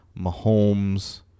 Mahomes